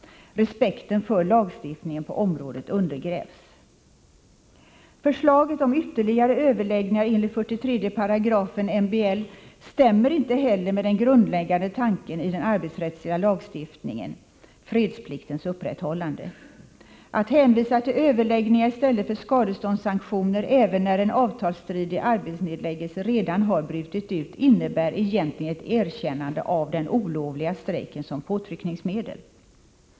Respekten för lagstiftningen på området undergrävs. Förslaget om ytterligare överläggningar enligt 43 § MBL stämmer inte heller med den grundläggande tanken i den arbetsrättsliga lagstiftningen — fredspliktens upprätthållande. Att hänvisa till överläggningar i stället för skadeståndssanktioner även när en avtalsstridig arbetsnedläggelse redan har brutit ut innebär egentligen ett erkännande av den olovliga strejken som påtryckningsmedel.